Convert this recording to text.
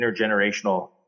intergenerational